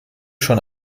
schon